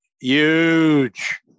Huge